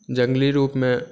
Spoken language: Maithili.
जंगली रूपमे